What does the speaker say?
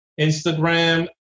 Instagram